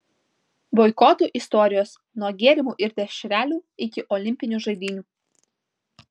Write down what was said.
boikotų istorijos nuo gėrimų ir dešrelių iki olimpinių žaidynių